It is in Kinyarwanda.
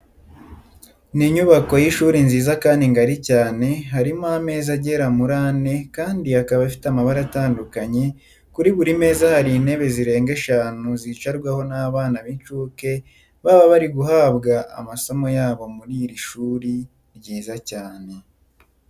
Ni inyubako y'ishuri nziza kandi ngari cyane, harimo ameza agera muri ane kandi akaba afite amabara atandukanye, kuri buri meza hari intebe zirenga eshanu zicarwaho n'abana b'incuke baba bari guhabwa amasomo yabo muri iri shuri ryiza cyane.